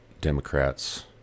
Democrats